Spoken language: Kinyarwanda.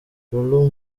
lulu